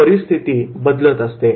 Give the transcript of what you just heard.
ही परिस्थिती बदलत असते